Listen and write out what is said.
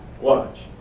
watch